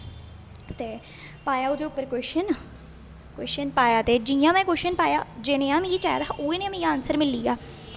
ते पाया ओहदे उप्पर कोशन कोशन पाया ते जि'यां में कोशन पाया जनेहा मिगी चाहिदा उऐ जेहा आनसर मिगी मिली गेआ